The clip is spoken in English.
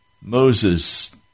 Moses